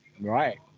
Right